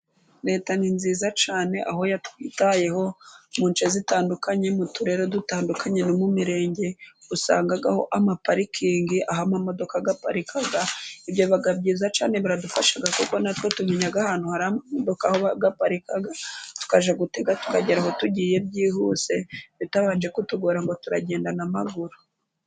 Leta ni nziza cyane aho yatwitayeho muce zitandukanye mu turere dutandukanye no mu mirenge, usangaho ama parikingi aho amamodoka agaparika, ibyo biba byiza cyane biradufasha kuko natwe tumenyaya ahantu hari amamodoka aho aparika tukajya gutega tukagera aho tugiye byihuse bitabanje kutugora ngo turagenda na maguru.